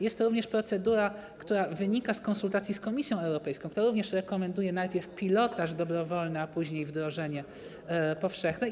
Jest to również procedura, która wynika z konsultacji z Komisją Europejską, która również rekomenduje najpierw pilotaż dobrowolny, a później wdrożenie powszechne.